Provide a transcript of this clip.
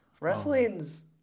Wrestling's –